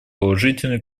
положительную